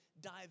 dive